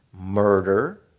murder